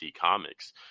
comics